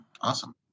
Awesome